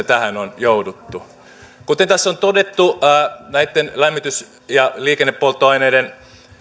tähän on jouduttu kuten tässä on todettu näitten lämmitys ja liikennepolttoaineiden